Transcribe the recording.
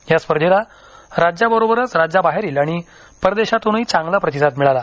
या स्पर्धेला राज्याबरोबरच राज्याबाहेरील आणि परदेशातूनही चांगला प्रतिसाद मिळाला